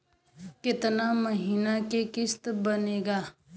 कितना महीना के किस्त बनेगा?